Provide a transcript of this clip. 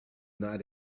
not